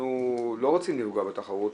אנחנו לא רוצים לפגוע בתחרות,